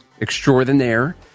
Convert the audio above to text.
extraordinaire